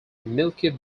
milky